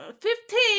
Fifteen